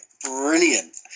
brilliant